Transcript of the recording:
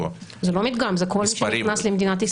זה לא מדגם, זה כל מי שנכנס למדינת ישראל.